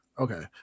okay